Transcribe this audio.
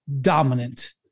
dominant